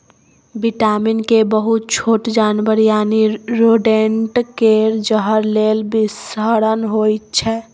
vitamin के बहुत छोट जानबर यानी रोडेंट केर जहर लेल बिषहरण होइ छै